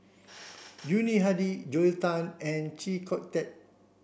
Yuni Hadi Joel Tan and Chee Kong Tet